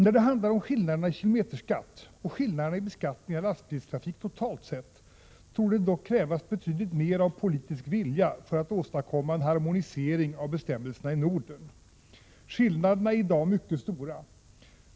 När det handlar om skillnaderna i kilometerskatt och skillnaderna i beskattning av lastbilstrafik totalt sett torde det dock krävas betydligt mer av politisk vilja för att åstadkomma en harmonisering av bestämmelserna i Norden. Skillnaderna är i dag mycket stora.